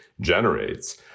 generates